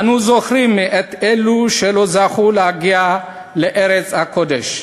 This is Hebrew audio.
אנו זוכרים את אלה שלא זכו להגיע לארץ הקודש.